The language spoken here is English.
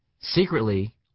secretly